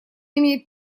имеет